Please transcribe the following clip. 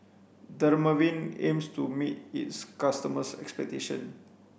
dermaveen aims to meet its customers' expectation